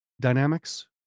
Dynamics